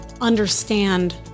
understand